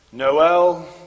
Noel